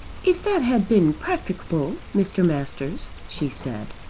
if that had been practicable, mr. masters, she said,